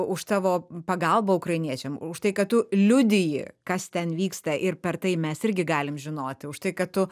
už tavo pagalbą ukrainiečiam už tai kad tu liudiji kas ten vyksta ir per tai mes irgi galim žinoti už tai kad tu